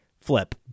flip